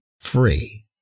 free